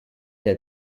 del